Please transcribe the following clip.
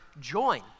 join